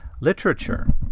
literature